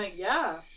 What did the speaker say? ah yeah!